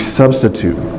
substitute